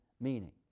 meaning